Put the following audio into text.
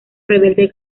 rebelde